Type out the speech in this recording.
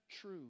true